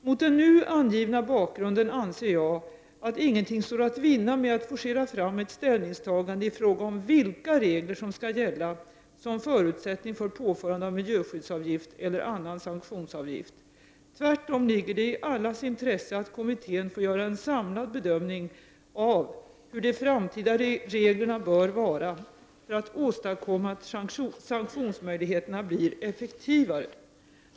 Mot den nu angivna bakgrunden anser jag att ingenting står att vinna med att forcera fram ett ställningstagande i fråga om vilka regler som skall gälla som förutsättning för påförande av miljöskyddsavgift eller annan sanktionsavgift. Tvärtom ligger det i allas intresse att kommittén får göra en samlad bedömning av hur de framtida reglerna bör vara för att åstadkomma att sanktionsmöjligheterna blir effektivare.